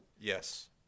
yes